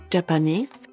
Japanese